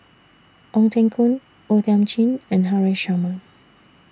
Ong Teng Koon O Thiam Chin and Haresh Sharma